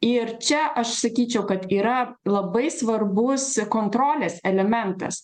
ir čia aš sakyčiau kad yra labai svarbus kontrolės elementas